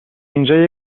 اینجا